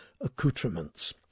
Accoutrements